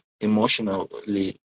emotionally